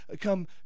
come